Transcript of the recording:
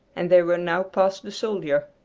and they were now past the soldier.